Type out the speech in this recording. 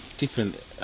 Different